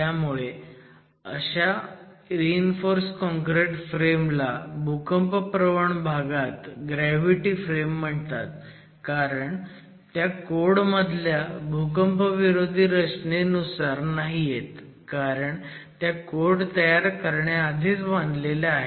त्यामुळे अशा reinforce concrete frame ला भूकंपप्रवण भागात ग्रॅव्हीटी फ्रेम म्हणतात कारण त्या कोड मधल्या भूकंपविरोधी रचनेनुसार नाहीयेत कारण त्या कोड तयार करण्याआधीच बांधलेल्या आहेत